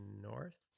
north